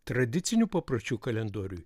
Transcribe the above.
tradicinių papročių kalendoriuj